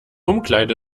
umkleide